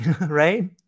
right